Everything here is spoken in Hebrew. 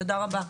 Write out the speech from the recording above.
תודה רבה.